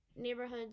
neighborhoods